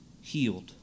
healed